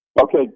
Okay